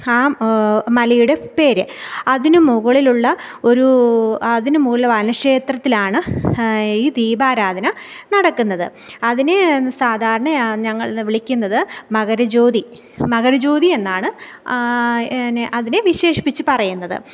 ആ മലയുടെ പേര് അതിന് മുകളിലുള്ള ഒരു അതിന് മുകളിൽ വനക്ഷേത്രത്തിലാണ് ഈ ദീപാരാധന നടക്കുന്നത് അതിന് സാധാരണ ആ ഞങ്ങൾ വിളിക്കുന്നത് മകരജ്യോതി മകരജ്യോതി എന്നാണ് നെ അതിനെ വിശേഷിപ്പിച്ച് പറയുന്നത്